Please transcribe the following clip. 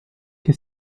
che